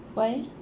why